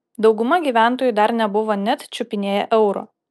dauguma gyventojų dar nebuvo net čiupinėję euro